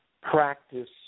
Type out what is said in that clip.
Practice